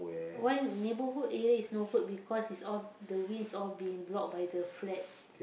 why neighbourhood area is no good because it's all the winds all being blocked by the flat